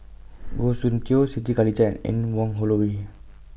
Goh Soon Tioe Siti Khalijah and Anne Wong Holloway